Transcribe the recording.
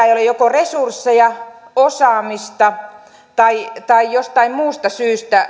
ei ole joko resursseja osaamista tai että jostain muusta syystä